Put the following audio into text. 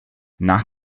nach